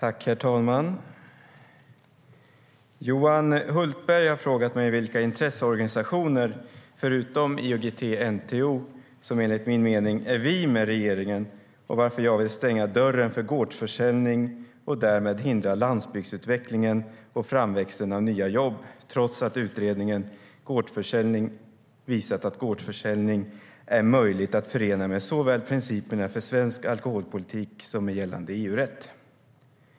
Herr talman! Johan Hultberg har frågat mig vilka intresseorganisationer, förutom IOGT-NTO, som enligt min mening är "vi" med regeringen och varför jag vill stänga dörren för gårdsförsäljning och därmed hindra landsbygdsutvecklingen och framväxten av nya jobb, trots att utredningen Gårdsförsäljning visat att gårdsförsäljning är möjlig att förena med såväl principerna för svensk alkoholpolitik som gällande EU-rätt.